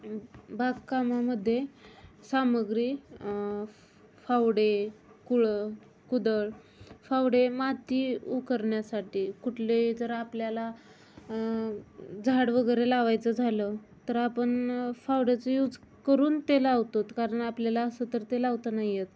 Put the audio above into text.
बागकामामध्ये सामग्री फावडे कुळं कुदळ फावडे माती उकरण्यासाठी कुठले जर आपल्याला झाड वगैरे लावायचं झालं तर आपण फावड्याचा यूज करून ते लावतो कारण आपल्याला असं तर ते लावता नाही येत